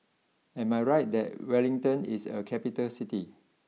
am I right that Wellington is a capital City